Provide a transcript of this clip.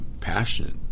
passionate